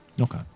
Okay